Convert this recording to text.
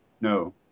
No